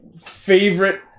favorite